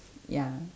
ya